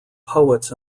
poets